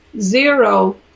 zero